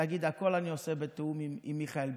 גדלות להגיד: הכול אני עושה בתיאום עם מיכאל ביטון.